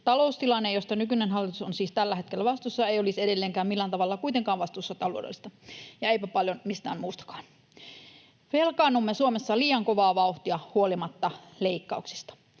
taloustilanne, josta nykyinen hallitus on siis tällä hetkellä vastuussa, ei olisi edelleenkään millään tavalla kuitenkaan hallituksen vastuulla, ja eipä paljon mikään muukaan. Velkaannumme Suomessa liian kovaa vauhtia huolimatta leikkauksista.